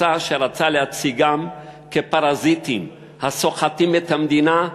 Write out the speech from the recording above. מסע שרצה להציגם כפרזיטים הסוחטים את המדינה,